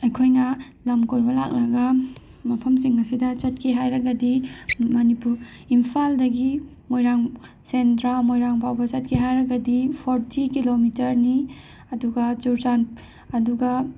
ꯑꯩꯈꯣꯏꯅ ꯂꯝ ꯀꯣꯏꯕ ꯂꯥꯛꯂꯒ ꯃꯐꯝꯁꯤꯡ ꯑꯁꯤꯗ ꯆꯠꯀꯦ ꯍꯥꯏꯔꯒꯗꯤ ꯃꯅꯤꯄꯨꯔ ꯏꯝꯐꯥꯜꯗꯒꯤ ꯃꯣꯏꯔꯥꯡ ꯁꯦꯟꯗ꯭ꯔꯥ ꯃꯣꯏꯔꯥꯡꯐꯥꯎꯕ ꯆꯠꯀꯦ ꯍꯥꯏꯔꯒꯗꯤ ꯐꯣꯔꯇꯤ ꯀꯤꯂꯣꯃꯤꯇꯔꯅꯤ ꯑꯗꯨꯒ ꯆꯨꯔꯆꯥꯟ ꯑꯗꯨꯒ